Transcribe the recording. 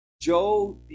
Joe